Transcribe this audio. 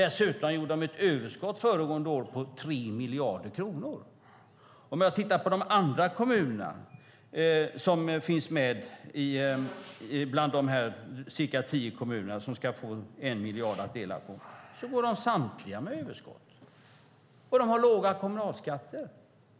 Dessutom fick de ett överskott förra året på 3 miljarder kronor. Samtliga av de andra kommunerna som finns med bland de cirka tio kommuner som ska få en 1 miljard att dela på går med överskott, och de har låga kommunalskatter.